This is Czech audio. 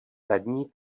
zadní